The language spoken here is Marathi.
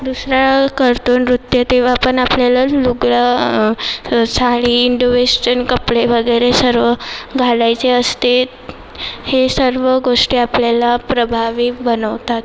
दुसरं करतो नृत्य तेव्हा पण आपल्याला लुगडं साडी वेस्टन कपडे वगैरे सर्व घालायचे असते हे सर्व गोष्टी आपल्याला प्रभावी बनवतात